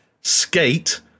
Skate